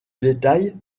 détails